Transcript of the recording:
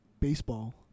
Baseball